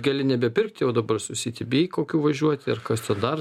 gali nebepirkti o dabar su citybee kokiu važiuoti ir kas ten dar